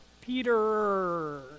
Peter